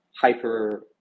hyper